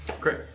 Great